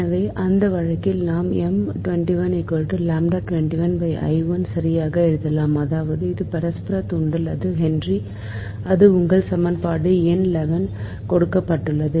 எனவே அந்த வழக்கில் நாம் சரியாக எழுதலாம் அதாவது இது பரஸ்பர தூண்டல் அது ஹென்றி அது உங்கள் சமன்பாடு எண் 11 கொடுக்கப்பட்டுள்ளது